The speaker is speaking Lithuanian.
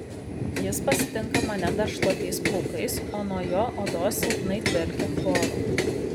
jis pasitinka mane dar šlapiais plaukais o nuo jo odos silpnai dvelkia chloru